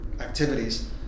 activities